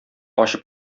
ачып